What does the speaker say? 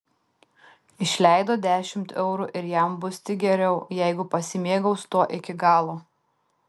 išleido dešimt eurų ir jam bus tik geriau jeigu pasimėgaus tuo iki galo